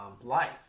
life